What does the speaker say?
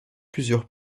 plusieurs